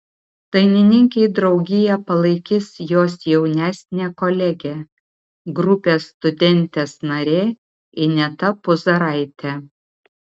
dainininkei draugiją palaikys jos jaunesnė kolegė grupės studentės narė ineta puzaraitė